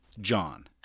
John